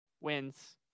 wins